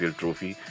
trophy